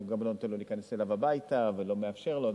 כי הוא לא נותן לו להיכנס אליו הביתה ולא מאפשר לו.